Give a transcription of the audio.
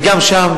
וגם שם